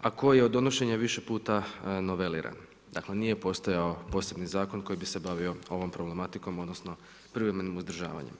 a koji je od donošenja više puta niveliran, dakle nije postojao posebni zakon koji bi se bavio ovom problematikom, odnosno privremenim uzdržavanjem.